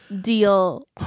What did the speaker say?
deal